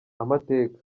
amateka